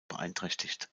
beeinträchtigt